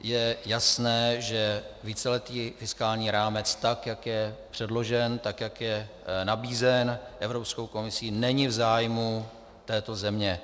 Je jasné, že víceletý fiskální rámec, jak je předložen, jak je nabízen Evropskou komisí, není v zájmu této země.